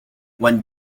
when